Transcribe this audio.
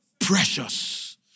Precious